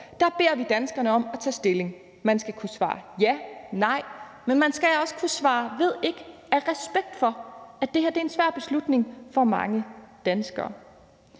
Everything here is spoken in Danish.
Der beder vi danskerne om at tage stilling. Man skal kunne svare ja eller nej, men man skal også kunne svare ved ikke af respekt for, at det her er en svær beslutning for mange danskere.